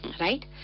Right